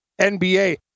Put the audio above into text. NBA